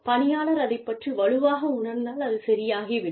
பணியாளர் அதைப் பற்றி வலுவாக உணர்ந்தால் அது சரியாகிவிடும்